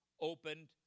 opened